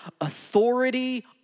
authority